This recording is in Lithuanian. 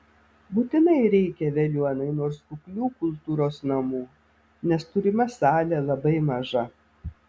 būtinai reikia veliuonai nors kuklių kultūros namų nes turima salė labai maža